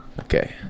Okay